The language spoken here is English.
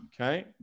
Okay